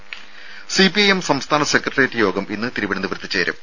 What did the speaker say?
രും സിപിഐഎം സംസ്ഥാന സെക്രട്ടേറിയറ്റ് യോഗം ഇന്ന് തിരുവനന്തപുരത്ത് ചേരും